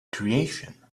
creation